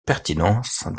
pertinence